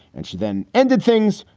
and she then ended things,